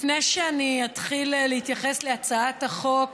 לפני שאני אתחיל להתייחס להצעת החוק,